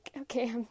okay